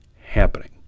happening